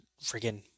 freaking